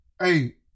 Hey